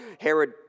Herod